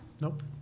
Nope